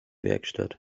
werkstatt